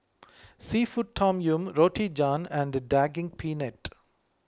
Seafood Tom Yum Roti John and Daging Penyet